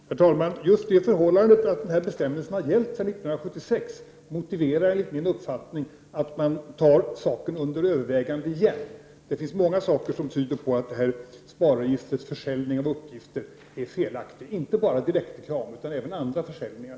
Herr talman! Just förhållandet att bestämmelsen har gällt sedan 1976 motiverar enligt min uppfattning att saken tas under övervägande igen. Det finns många saker som tyder på att SPAR-registrets försäljning av uppgifter är felaktig. Det gäller inte bara direktreklam utan även andra försäljningar.